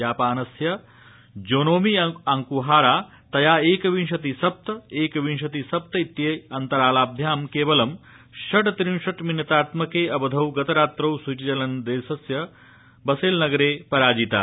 जापानस्य Nozomi Okuhara तया एकविंशति सप्त एकविंशति सप्त त्रि अन्तरालाभ्यां केवल षट्रिशत् मिनटात्मके अवधौ गतरात्रौ स्विट्जरलैण्डस्य वसेल नगरे पराजिता